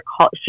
call